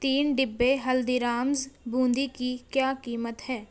تین ڈبے ہلدی رامز بوندی کی کیا قیمت ہے